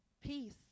Peace